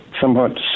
somewhat